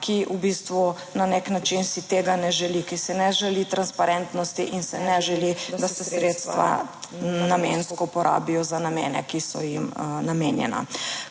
ki v bistvu na nek način si tega ne želi, ki si ne želi transparentnosti in se ne želi, da se sredstva namensko porabijo za namene, ki so jim namenjena.